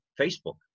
Facebook